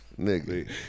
nigga